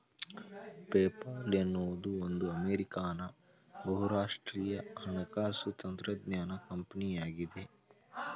PayPal ಎನ್ನುವುದು ಒಂದು American ಬಹುರಾಷ್ಟ್ರೀಯ ಹಣಕಾಸು ತಂತ್ರಜ್ಞಾನ ಕಂಪನಿಯಾಗಿದೆ